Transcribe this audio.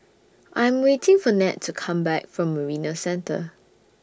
I Am waiting For Ned to Come Back from Marina Centre